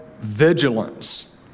vigilance